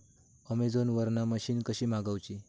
Amazon वरन machine कशी मागवची?